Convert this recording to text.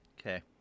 Okay